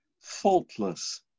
faultless